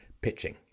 pitching